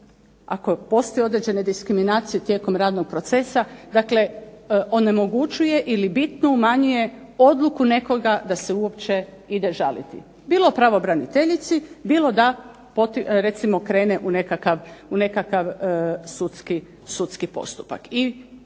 ako postoje određene diskriminacije tijekom radnog procesa, dakle onemogućuje ili bitno umanjuje odluku nekoga da se uopće ide žaliti, bilo pravobraniteljici bilo da krene recimo u nekakav sudski postupak.